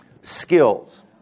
skills